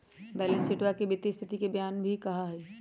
balance शीटवा के वित्तीय स्तिथि के बयान भी कहा हई